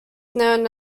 known